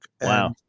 Wow